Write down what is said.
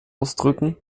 ausdrücken